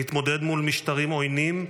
להתמודד מול משטרים עוינים,